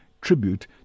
tribute